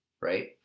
right